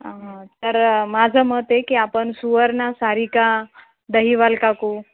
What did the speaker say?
हां तर माझं मत आहे की आपण सुवर्णा सारीका दहीवाल काकू